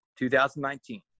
2019